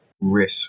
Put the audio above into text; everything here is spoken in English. risk